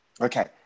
Okay